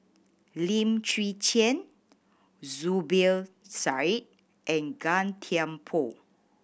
Lim Chwee Chian Zubir Said and Gan Thiam Poh